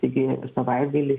taigi savaitgalį